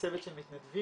וצוות של מתנדבים.